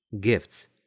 gifts